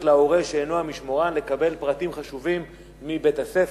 להורה שאינו המשמורן לקבל פרטים חשובים מבית-הספר,